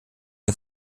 der